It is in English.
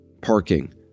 Parking